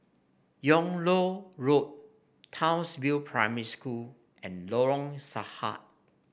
Yung Loh Road Townsville Primary School and Lorong Sarhad